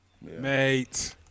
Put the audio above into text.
Mate